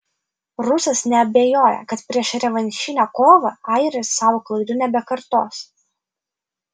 rusas neabejoja kad prieš revanšinę kovą airis savo klaidų nebekartos